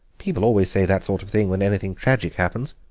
people always say that sort of thing when anything tragic happens.